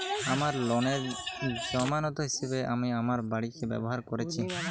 আমার লোনের জামানত হিসেবে আমি আমার বাড়িকে ব্যবহার করেছি